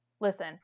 Listen